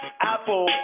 apple